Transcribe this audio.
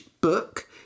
book